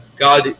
God